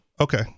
Okay